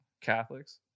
catholics